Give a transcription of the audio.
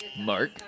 Mark